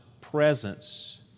presence